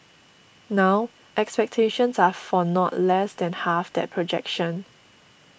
now expectations are for not less than half that projection